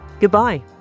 Goodbye